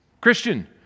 Christian